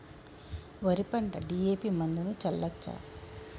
వరి పంట డి.ఎ.పి మందును చల్లచ్చా?